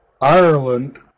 Ireland